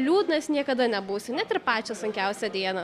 liūdnas niekada nebūsi net ir pačią sunkiausią dieną